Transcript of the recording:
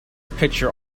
picture